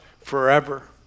forever